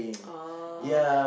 oh